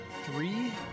three